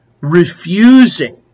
refusing